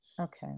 Okay